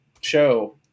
show